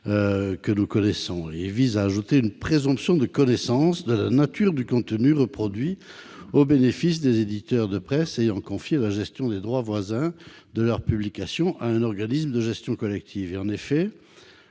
les plus fragiles -vise à ajouter une présomption de connaissance de la nature du contenu reproduit au bénéfice des éditeurs de presse ayant confié la gestion des droits voisins de leurs publications à un organisme de gestion collective.